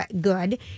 good